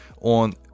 on